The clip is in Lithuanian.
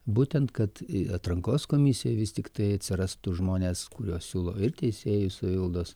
būtent kad atrankos komisijoj vis tiktai atsirastų žmonės kuriuos siūlo ir teisėjų savivaldos